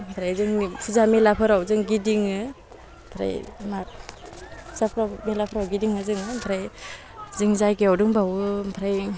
ओमफ्राय जोंनि फुजा मेलाफोराव जों गिदिङो ओमफ्राय मा फुफ्राव बेलाफ्राव गिदिङो जोङो ओमफ्राय जों जायगायाव दंबावो ओमफ्राय